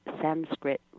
Sanskrit